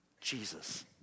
Jesus